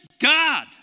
God